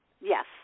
Yes